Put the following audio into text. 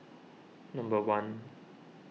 number one